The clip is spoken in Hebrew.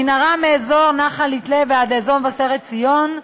מנהרה מאזור נחל-יתלה ועד אזור מבשרת-ציון.